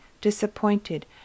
disappointed